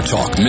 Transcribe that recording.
Talk